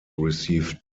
received